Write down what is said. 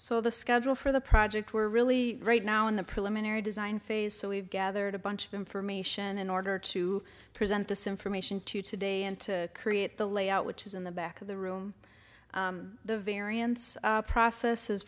so the schedule for the project we're really right now in the preliminary design phase so we've gathered a bunch of information in order to present this information to today and to create the lay out which is in the back of the room the variance process is